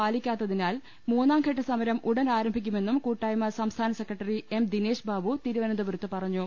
പാലിക്കാത്തതിനാൽ മൂന്നാംഘട്ട സമരം ഉടൻ ആരംഭി ക്കുമെന്നും കൂട്ടായ്മ സംസ്ഥാന സെക്രട്ടറി എം ദിനേശ് ബാബു തിരുവനന്തപുരത്ത് പറഞ്ഞു